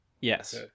Yes